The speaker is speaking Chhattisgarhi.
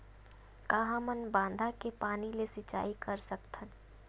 का हमन बांधा के पानी ले सिंचाई कर सकथन?